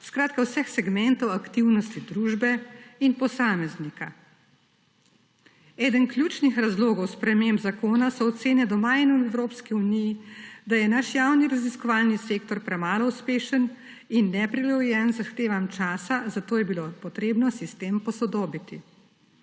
skratka vseh segmentov aktivnosti družbe in posameznika. Eden ključnih razlogov sprememb zakona so ocene doma in v Evropski uniji, da je naš javni raziskovalni sektor premalo uspešen in neprilagojen zahtevam časa, zato je bilo potrebno sistem posodobiti.